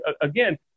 Again